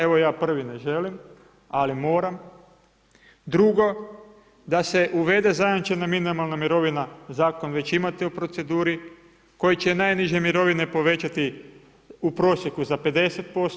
Evo, ja prvi ne želim, ali moram, drugo, da se uvede zajamčena minimalna mirovina, zakon već imate u proceduru, koji će najniže mirovine povećati u prosjeku za 50%